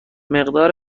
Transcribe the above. مقدار